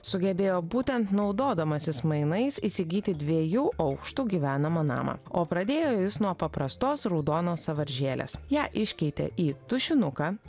sugebėjo būtent naudodamasis mainais įsigyti dviejų aukštų gyvenamą namą o pradėjo jis nuo paprastos raudonos sąvaržėlės ją iškeitė į tušinuką